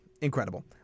incredible